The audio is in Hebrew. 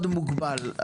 זמן הוועדה מאוד מוגבל,